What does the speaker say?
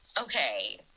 Okay